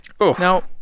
Now